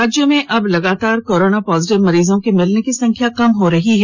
राज्य में अब लगातार कोरोना पॉजिटिव मरीजों के मिलने की संख्या कम हो रही है